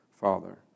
Father